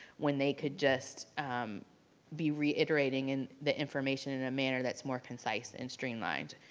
when they could just be reiterating and the information in a manner that's more concise and streamlined,